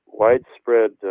widespread